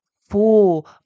full